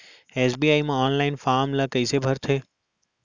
SBI म online form ल कइसे भरथे?